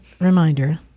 reminder